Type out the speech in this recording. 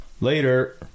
Later